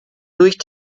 durch